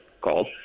called